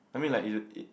I mean like it it